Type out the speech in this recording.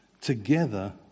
Together